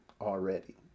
already